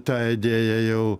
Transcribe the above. ta idėja jau